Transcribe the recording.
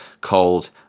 called